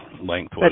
length